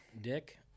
dick